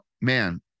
man